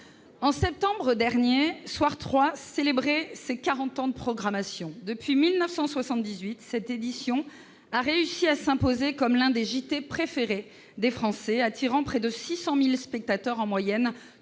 en septembre dernier, célébrait ses quarante ans de programmation. Depuis 1978, cette édition a réussi à s'imposer comme l'un des journaux télévisés préférés des Français, attirant près de 600 000 spectateurs en moyenne